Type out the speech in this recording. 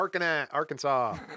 Arkansas